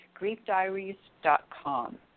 Griefdiaries.com